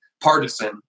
partisan